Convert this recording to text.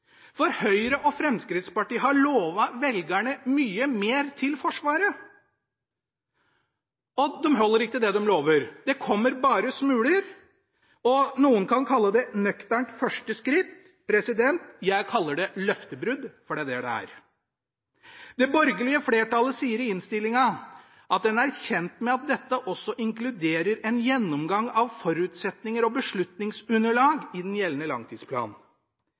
For Høyre og Fremskrittspartiet har lovet velgerne mye mer til Forsvaret, og de holder ikke det de lover. Det kommer bare smuler, og noen kan kalle det et nøkternt første skritt; jeg kaller det løftebrudd, for det er det det er. Det borgerlige flertallet sier i innstillingen at den er kjent med at dette også inkluderer en gjennomgang av forutsetninger og beslutningsunderlag i den gjeldende langtidsplanen.